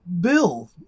bill